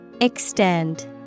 Extend